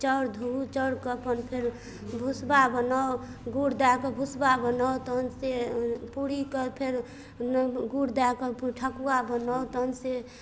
चाउर धोउ चाउरके अपन फेर भुसबा बनाउ गुड़ दए कऽ भुसबा बनाउ तहन से पूरीके फेर गुड़ दए कऽ ठकुआ बनाउ तहन से